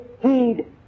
heed